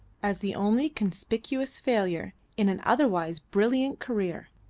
as the only conspicuous failure in an otherwise brilliant career.